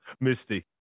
Misty